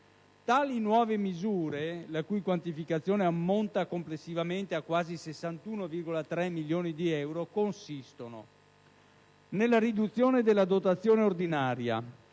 Tali nuove misure (la cui quantificazione ammonta complessivamente a quasi 61,3 milioni di euro) consistono: nella riduzione della dotazione ordinaria;